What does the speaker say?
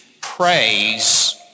praise